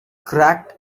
cracked